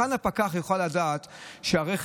כיצד הפקח יוכל לדעת שהרכב,